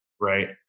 Right